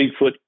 Bigfoot